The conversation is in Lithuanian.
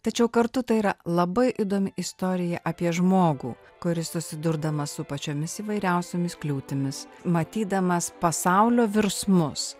tačiau kartu tai yra labai įdomi istorija apie žmogų kuris susidurdamas su pačiomis įvairiausiomis kliūtimis matydamas pasaulio virsmus